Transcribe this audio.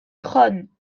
crâne